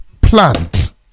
plant